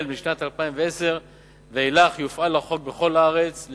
משנת 2010 ואילך יופעל החוק בכל הארץ,